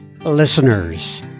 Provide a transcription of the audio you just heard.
listeners